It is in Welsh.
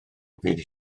fydd